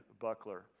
buckler